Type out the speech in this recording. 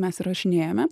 mes įrašinėjame